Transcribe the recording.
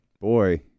Boy